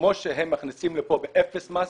כמו שהם מכניסים לכאן באפס מס,